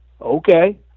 Okay